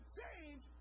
change